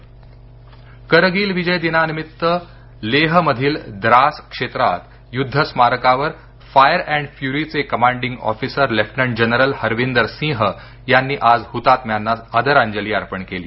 करगिल लेह करगिल विजय दिनानिमित्त लेह मधील द्रास क्षेत्रात युद्ध स्मारकावर फायर ऍन्ड फ्युरी चे commanding officer lieutenant general Harvinder Singh यांनी आज हुतात्म्यांना आदरांजली अर्पण केली